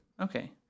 Okay